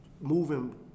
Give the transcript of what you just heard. moving